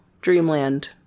dreamland